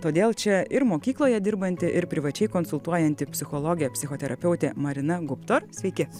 todėl čia ir mokykloje dirbanti ir privačiai konsultuojanti psichologė psichoterapeutė marina guptor sveiki